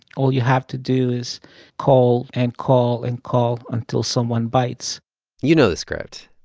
all you have to do is call and call and call until someone bites you know the script.